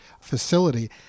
facility